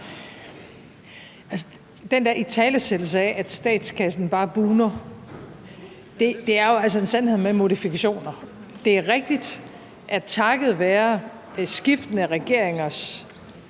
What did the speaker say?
Den der italesættelse af, at statskassen bare bugner, er jo altså en sandhed med modifikationer. Det er rigtigt, at vi, takket være skiftende regeringers,